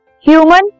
human